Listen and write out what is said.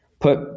put